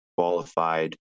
Qualified